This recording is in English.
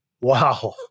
Wow